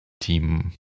team